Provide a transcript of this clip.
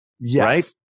Yes